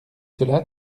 cela